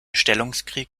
stellungskrieg